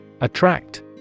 Attract